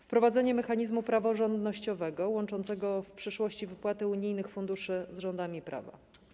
Wprowadzenie mechanizmu praworządnościowego łączącego w przyszłości wypłaty unijnych funduszy z rządami prawa.